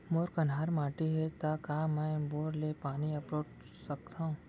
मोर कन्हार माटी हे, त का मैं बोर ले पानी अपलोड सकथव?